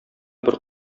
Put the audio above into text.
бер